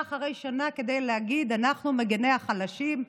אחרי שנה כדי להגיד: אנחנו מגיני החלשים,